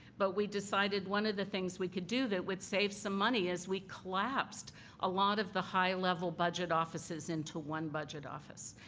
but we decided one of the things we could do that would save some money is we collapsed a lot of the high level budget offices into one budget office.